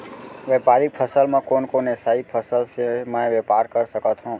व्यापारिक फसल म कोन कोन एसई फसल से मैं व्यापार कर सकत हो?